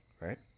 Right